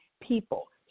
people